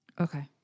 Okay